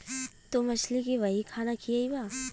तू मछली के वही खाना खियइबा